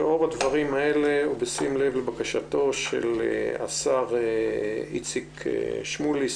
לאור הדברים האלה ובשים לב לבקשתו של השר איציק שמולי,